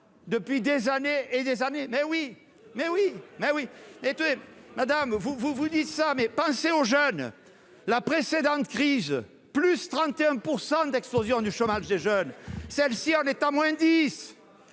depuis des années et des années, mais oui mais oui mais oui les tuer, madame, vous, vous vous dites ça, mais pensez aux jeunes la précédente crise, plus 31 % d'explosion du chômage des jeunes, celle-ci en étant moins 10